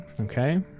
Okay